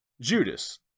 Judas